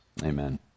Amen